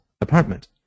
apartment